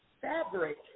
fabric